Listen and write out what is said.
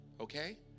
okay